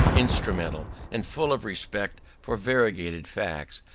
instrumental, and full of respect for variegated facts,